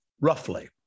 roughly